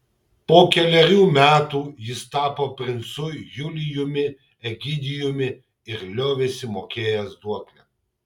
po kelerių metų jis tapo princu julijumi egidijumi ir liovėsi mokėjęs duoklę